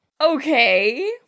Okay